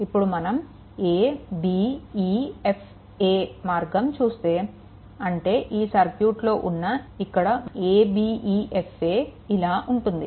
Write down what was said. ఇప్పుడు మనం a b e f a మార్గం చూస్తే అంటే ఈ సర్క్యూట్లో ఇక్కడ ఉన్న a b e f a ఇలా ఉంటుంది